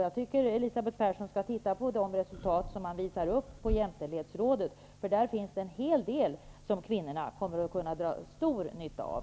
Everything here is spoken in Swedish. Jag tycker att Elisabeth Persson skall titta närmare på det resultat som man visar upp på jämställdhetsrådet -- där finns en hel del som kvinnorna kommer att kunna dra stor nytta av.